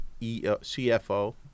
CFO